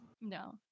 no